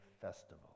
festival